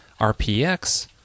rpx